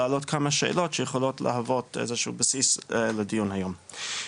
להעלות כמה שאלות שיכולות להוות איזשהו בסיס לדיון היום.